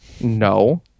no